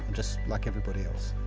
just like everybody else.